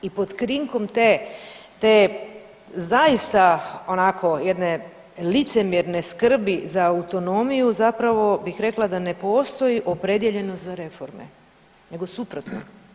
I pod krinkom te zaista onako jedne licemjerne skrbi za autonomiju zapravo bih rekla da ne postoji opredijeljenost za reforme, nego suprotno.